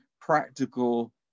practical